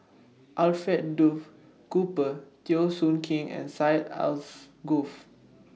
Alfred Duff Cooper Teo Soon Kim and Syed Alsagoff